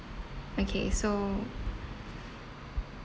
okay so